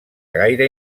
gaire